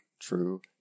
true